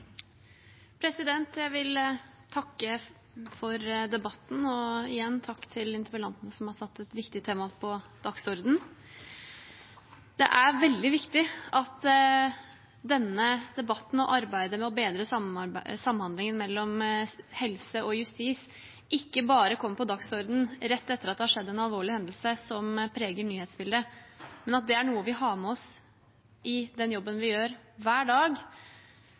Jeg vil takke for debatten og igjen takke interpellanten, som har satt et viktig tema på dagsordenen. Det er veldig viktig at denne debatten og arbeidet med å bedre samhandlingen mellom helse og justis ikke bare kommer på dagsordenen rett etter at det har skjedd en alvorlig hendelse som preger nyhetsbildet, men at det er noe vi har med oss i den jobben vi gjør hver dag,